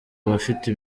abafite